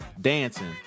dancing